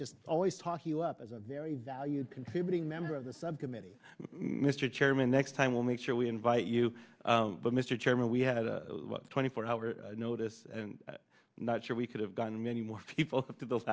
just always talk you up as a very valued contributing member of the subcommittee mr chairman next time we'll make sure we invite you but mr chairman we had a twenty four hour notice not sure we could have gotten many more people to those